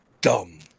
dumb